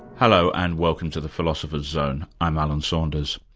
hello and welcome to the philosopher's zone. i'm alan saunders.